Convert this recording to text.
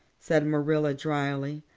said marilla drily.